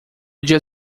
dia